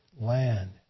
land